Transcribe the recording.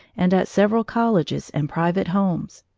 and at several colleges and private homes.